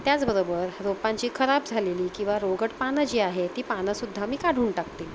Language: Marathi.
त्याचबरोबर रोपांची खराब झालेली किंवा रोगट पानं जी आहे ती पानंसुद्धा मी काढून टाकते